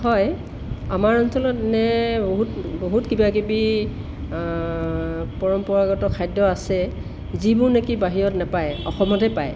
হয় আমাৰ অঞ্চলত এনে বহুত বহুত কিবাকিবি পৰম্পৰাগত খাদ্য আছে যিবোৰ নেকি বাহিৰত নাপাই অসমতে পায়